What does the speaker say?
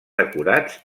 decorats